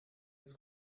ist